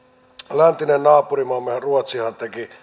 läntinen naapurimaamme ruotsihan